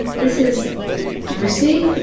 this is debussy,